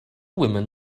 women